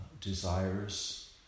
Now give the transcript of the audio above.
desires